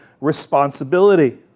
responsibility